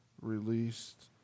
released